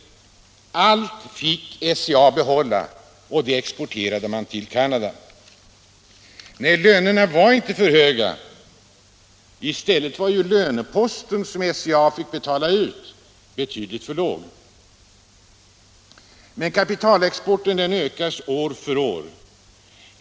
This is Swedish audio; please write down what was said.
Allt fick SCA behålla, och det exporterade man till Canada. Lönerna var inte så höga. I stället var den lönepost som SCA fick betala ut för liten. Kapitalexporten tycks öka år för år.